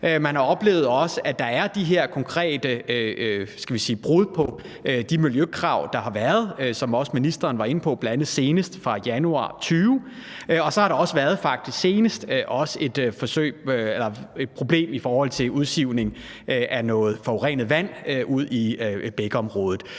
Man har også oplevet, at der er de her konkrete, skal vi sige brud på de miljøkrav, der har været, og som også ministeren var inde på, bl.a. senest i januar 2020. Så har der på det seneste faktisk også været et problem i forhold til udsivning af noget forurenet vand ud i bækområdet.